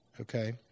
Okay